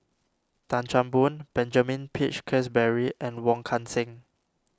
Tan Chan Boon Benjamin Peach Keasberry and Wong Kan Seng